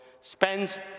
spends